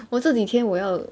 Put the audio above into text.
我这几天我要